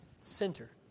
center